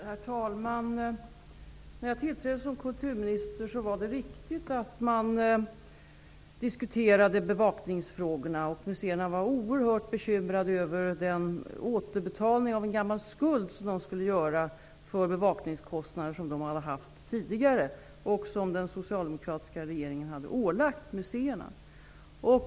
Herr talman! När jag tillträdde som kulturminister var det riktigt att diskutera bevakningsfrågorna. Vid museerna var de oerhört bekymrade över en återbetalning av någon gammal skuld för bevakningskostnader som de tidigare hade haft och som den socialdemokratiska regeringen hade ålagt museerna.